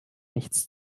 nichts